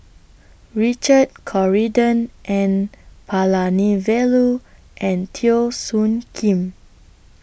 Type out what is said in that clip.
Richard Corridon N Palanivelu and Teo Soon Kim